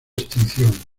extinción